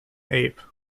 ape